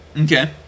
Okay